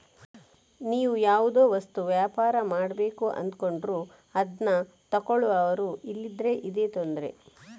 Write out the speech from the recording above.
ನೀವು ಯಾವುದೋ ವಸ್ತು ವ್ಯಾಪಾರ ಮಾಡ್ಬೇಕು ಅಂದ್ಕೊಂಡ್ರು ಅದ್ನ ತಗೊಳ್ಳುವವರು ಇಲ್ದಿದ್ರೆ ಇದೇ ತೊಂದ್ರೆ